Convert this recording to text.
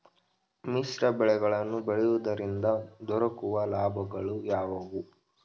ಮಿಶ್ರ ಬೆಳೆಗಳನ್ನು ಬೆಳೆಯುವುದರಿಂದ ದೊರಕುವ ಲಾಭಗಳು ಯಾವುವು?